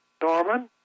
Norman